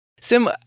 Sim